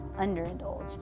underindulge